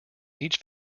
each